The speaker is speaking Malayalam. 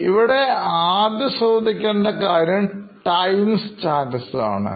ഇവിടെ ആദ്യ ശ്രദ്ധിക്കേണ്ട കാര്യം ടൈം സ്റ്റാറ്റസ് ആണ്